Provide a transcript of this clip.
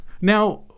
now